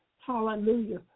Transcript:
hallelujah